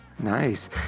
Nice